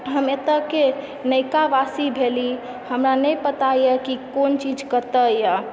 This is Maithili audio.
हम एतएके नयका वासी भेली हमरा नै पता य की कोन चीज कतए य